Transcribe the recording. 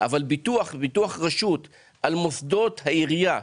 ביטוח של מוסדות העירייה,